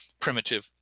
primitive